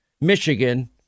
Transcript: Michigan